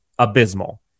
abysmal